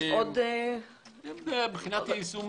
יש עוד --- מבחינת יישום